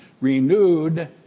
renewed